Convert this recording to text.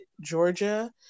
Georgia